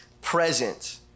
present